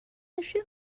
issue